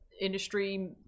industry